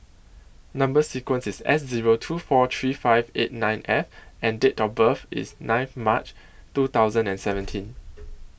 Number sequence IS S Zero two four three five eight nine F and Date of birth IS nine March two thousand and seventeen